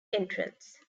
entrance